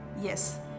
Yes